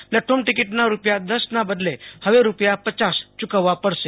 plate form ટિકિટના રૂપિયા દશના બદલે હવે રૂપિયા પચ્યાસ યુકવવા પડશે